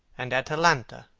and atalanta,